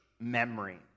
memory